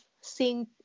seeing